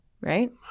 right